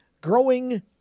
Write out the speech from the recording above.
growing